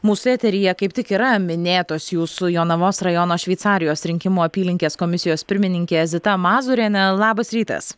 mūsų eteryje kaip tik yra minėtos jūsų jonavos rajono šveicarijos rinkimų apylinkės komisijos pirmininkė zita mazūrienė labas rytas